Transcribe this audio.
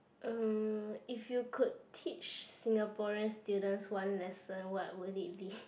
uh if you could teach Singaporean students one lesson what would it be